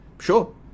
Sure